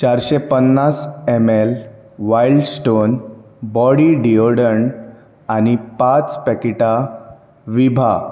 चारशीं पन्नास M L Wild Stone body deodorant आनी पांच पॅकिटां विभा